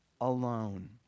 alone